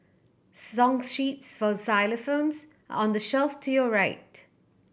song sheets for xylophones on the shelf to your right